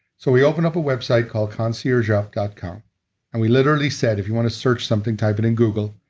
so we open up a website called conciergeup dot com and we literally said if you want to search something, type it in google,